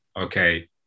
okay